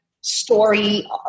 story